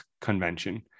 convention